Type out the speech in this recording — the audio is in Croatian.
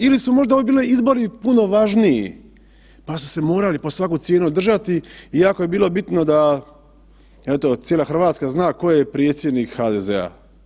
Ili su možda ovi bili izbori puno važniji pa su se morali pod svaku cijenu održati iako je bilo bitno da, eto, cijela Hrvatska zna tko je predsjednik HDZ-a.